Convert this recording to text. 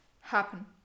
happen